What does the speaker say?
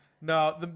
No